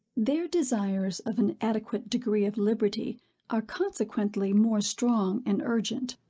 their desires of an adequate degree of liberty are consequently more strong and urgent.